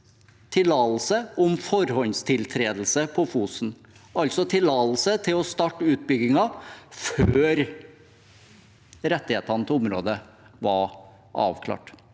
tillatelse om forhåndstiltredelse på Fosen, altså tillatelse til å starte utbyggingen før rettighetene til området var avklart.